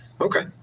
Okay